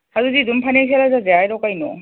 ꯑꯗꯨꯗꯤ ꯑꯗꯨꯝ ꯐꯅꯦꯛ ꯁꯦꯠꯂ ꯆꯠꯁꯦ ꯍꯥꯏꯔꯣ ꯀꯩꯅꯣ